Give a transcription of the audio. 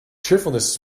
smooths